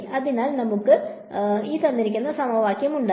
അതിനാൽ നമുക്ക് ഈ സമവാക്യം ഉണ്ടായി